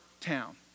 town